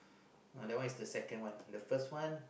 uh that one is the second one the first one